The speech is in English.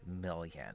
million